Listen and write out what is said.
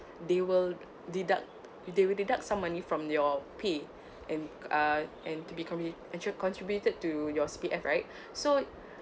they will deduct they will deduct some money from your pay and uh and to becoming actual contributed to your C_P_F right so